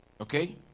Okay